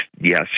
yes